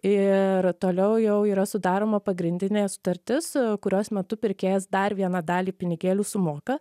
ir toliau jau yra sudaroma pagrindinė sutartis kurios metu pirkėjas dar vieną dalį pinigėlių sumoka